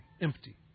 empty